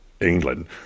England